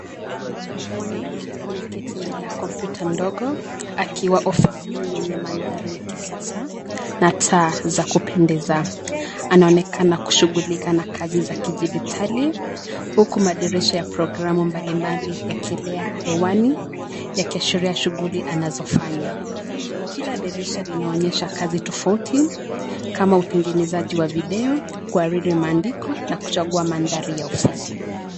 Mwanamke ameketi mbele ya kompyuta ndogo akiwa ofisini yenye mandhari ya kisasa na taa za kupendeza. Anaonekana kushughulika na kazi za kidijitali, huku madirisha ya programu mbali mbali yakilia hewani, yakiashiria shughuli anazofanya. Kila dirisha linaonyesha kazi tofauti kama utengenezaji wa video, kuaridi maandiko na kuchagua mandhari ya ofisi.